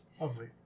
Lovely